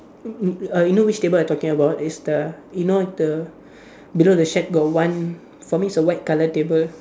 m~ m~ err you know which table I talking about it's the you know the below the shack got one for me it's a white colour table